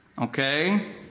Okay